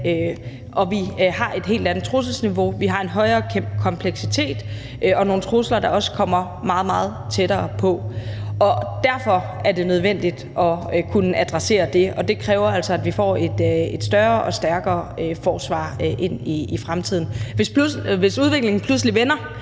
og vi har et helt andet trusselsniveau. Vi har en større kompleksitet og nogle trusler, der også kommer meget, meget tættere på. Derfor er det nødvendigt at kunne adressere det, og det kræver altså, at vi får et større og stærkere forsvar i fremtiden. Hvis udviklingen pludselig vender,